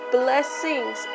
blessings